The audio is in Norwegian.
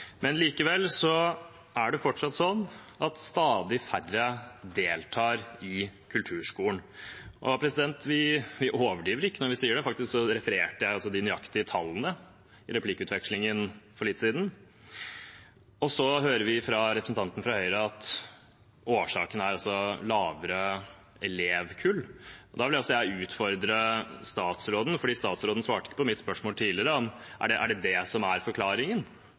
er det fortsatt sånn at stadig færre deltar i kulturskolen. Vi overdriver ikke når vi sier det – faktisk refererte jeg de nøyaktige tallene i replikkvekslingen for litt siden. Så hører vi fra representanten fra Høyre at årsaken er lavere elevkull, og da vil jeg utfordre statsråden, for statsråden svarte ikke på mitt spørsmål tidligere: Er det dette som er forklaringen? Er det derfor færre går i kulturskolen i dag? Og er